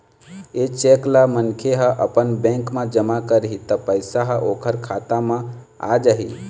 ए cheque ल मनखे ह अपन बेंक म जमा करही त पइसा ह ओखर खाता म आ जाही